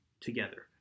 together